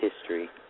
history